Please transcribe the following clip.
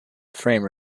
frame